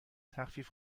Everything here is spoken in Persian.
تخفیف